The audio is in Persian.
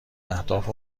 اهداف